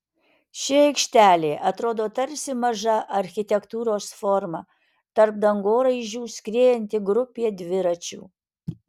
ši aikštelė atrodo tarsi maža architektūros forma tarp dangoraižių skriejanti grupė dviračių